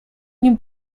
nim